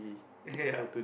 ya